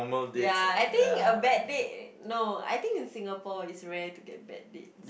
ya I think a bad date no I think in Singapore is rare to get bad date